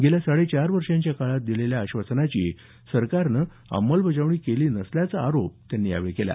गेल्या साडेचार वर्षाच्या काळात दिलेल्या आश्वासनाची सरकारनं अंमलबजावणी केली नसल्याचा आरोप त्यांनी यावेळी केला